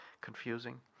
confusing